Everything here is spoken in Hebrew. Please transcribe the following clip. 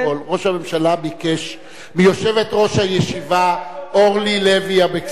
ראש הממשלה ביקש מיושבת-ראש הישיבה אורלי לוי אבקסיס,